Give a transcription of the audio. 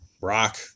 rock